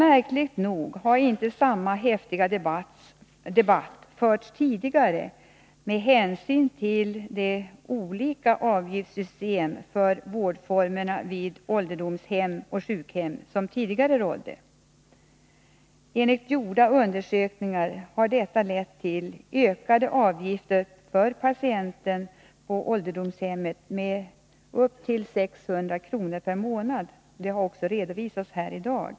Märkligt nog har emellertid inte samma häftiga debatt förts med hänsyn till de olika avgiftssystem för vårdformerna vid ålderdomshem och sjukhem som tidigare gällde. Enligt gjorda undersökningar har detta lett till ökade avgifter för patienten på ålderdomshemmet med upp till 600 kr./mån., vilket har redovisats här i dag.